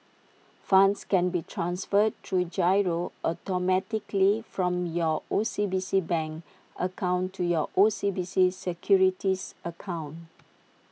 funds can be transferred through GIRO automatically from your O C B C bank account to your O C B C securities account